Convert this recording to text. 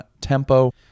tempo